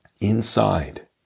inside